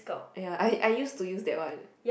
ya I I used to use that one